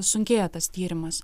sunkėja tas tyrimas